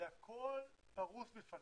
והכול פרוש בפניך.